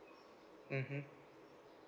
mmhmm